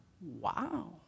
Wow